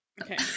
Okay